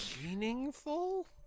Meaningful